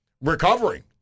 recovering